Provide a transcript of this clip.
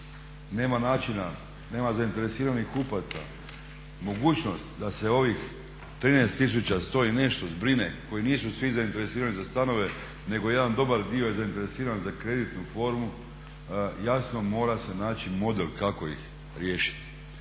Nema načina, nema zainteresiranih kupaca. Mogućnost da se ovih 13 tisuća 100 i nešto zbrine koji nisu svi zainteresirani za stanove nego jedan dobar dio je zainteresiran za kreditnu formu, jasno mora se naći model kako ih riješiti.